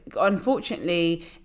unfortunately